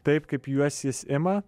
taip kaip juos jis ima